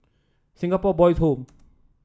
Singapore Boys' Home